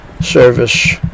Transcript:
service